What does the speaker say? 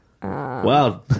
Wow